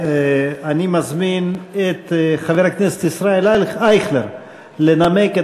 אני מזמין את חבר הכנסת ישראל אייכלר לנמק את